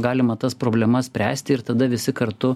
galima tas problemas spręsti ir tada visi kartu